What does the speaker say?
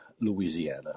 Louisiana